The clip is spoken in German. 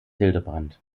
hildebrand